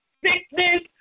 sickness